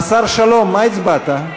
השר שלום, מה הצבעת?